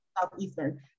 Southeastern